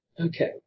Okay